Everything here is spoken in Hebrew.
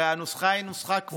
הרי הנוסחה היא נוסחה קבועה.